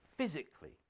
Physically